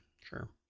sure